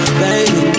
baby